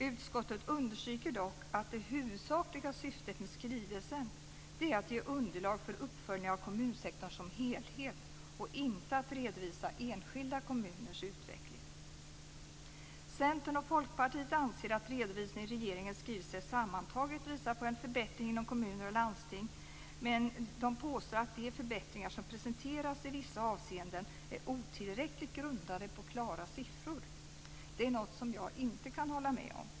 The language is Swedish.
Utskottet understryker dock att det huvudsakliga syftet med skrivelsen är att ge underlag för uppföljning av kommunsektorn som helhet och inte att redovisa enskilda kommuners utveckling. Centern och Folkpartiet anser att redovisningen i regeringens skrivelse sammantaget visar på en förbättring inom kommuner och landsting. Men de påstår att de förbättringar som presenteras i vissa avseenden är otillräckligt grundade på klara siffror. Det är något som jag inte kan hålla med om.